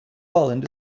holland